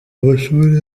amashuri